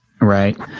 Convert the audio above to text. Right